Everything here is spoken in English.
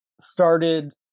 started